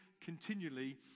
continually